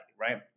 right